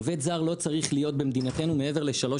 עובד זר לא צריך להיות במדינתנו מעבר לשלוש